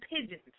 pigeons